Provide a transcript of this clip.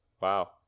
wow